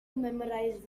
memorize